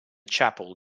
chapel